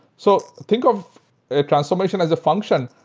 so think of a transformation as a function.